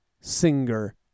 singer